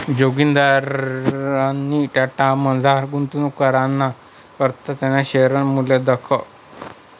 जोगिंदरनी टाटामझार गुंतवणूक कराना करता त्याना शेअरनं मूल्य दखं